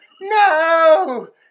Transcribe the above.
no